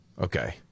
Okay